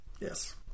Yes